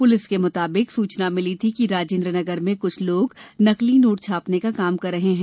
police के मुताबिक सूचना मिली थी कि राजेन्द्र नगर में कुछ लोग नकली नोट छापने का काम कर रहे हैं